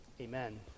Amen